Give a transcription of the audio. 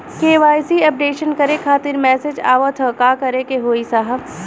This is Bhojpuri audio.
के.वाइ.सी अपडेशन करें खातिर मैसेज आवत ह का करे के होई साहब?